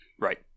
right